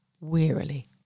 wearily